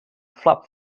flap